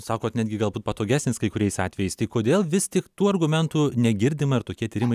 sakot netgi galbūt patogesnis kai kuriais atvejais tai kodėl vis tik tų argumentų negirdima ir tokie tyrimai